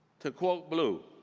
to quote bluu,